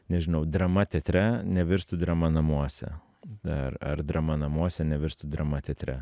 nežinau drama teatre nevirstų drama namuose ar ar drama namuose nevirstų drama teatre